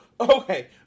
Okay